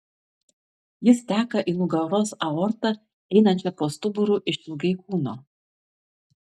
jis teka į nugaros aortą einančią po stuburu išilgai kūno